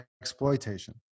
exploitation